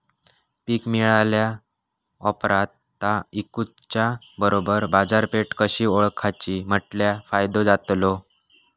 पीक मिळाल्या ऑप्रात ता इकुच्या बरोबर बाजारपेठ कशी ओळखाची म्हटल्या फायदो जातलो?